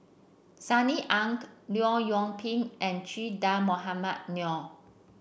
Sunny Ang Liu Yong Pin and Che Dah Mohamed Noor